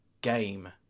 game